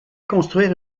construire